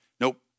Nope